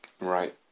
right